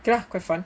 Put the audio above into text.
okay lah quite fun